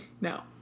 No